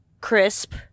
Crisp